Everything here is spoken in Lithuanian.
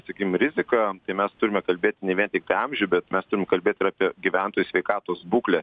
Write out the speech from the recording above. sakykim riziką mes turime kalbėti ne vien tiktai amžių bet mes turim kalbėt ir apie gyventojų sveikatos būklę